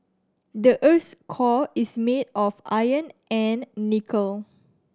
the earth's core is made of iron and nickel